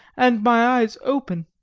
and my eyes open.